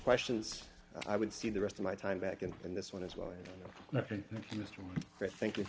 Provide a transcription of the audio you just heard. questions i would see the rest of my time back and in this one as well and i think